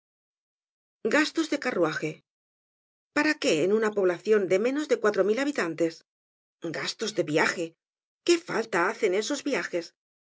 gastos de carruaje para qué en una poblacion de menos de cuatro mil habitantes gastos de viaje qué falta hacen esos viajes